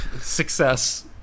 success